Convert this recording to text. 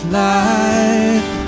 life